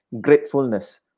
gratefulness